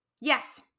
Yes